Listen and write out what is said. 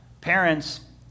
Parents